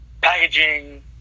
packaging